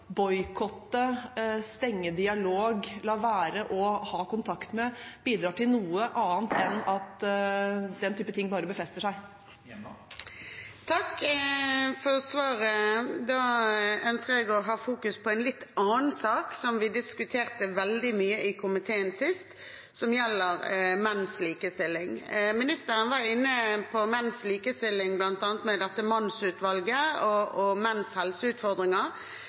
stenge dialogen og la være å ha kontakt bidrar til noe annet enn at den type ting bare befester seg. Takk for svaret. Jeg ønsker å fokusere på en litt annen sak som vi diskuterte veldig mye i komiteen sist, og den gjelder menns likestilling. Ministeren var inne på menns likestilling – bl.a. med mannsutvalget – og